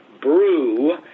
brew